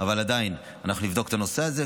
אבל עדיין, אנחנו נבדוק את הנושא הזה.